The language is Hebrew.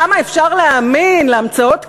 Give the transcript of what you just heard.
כמה אפשר להאמין להמצאות כאלה?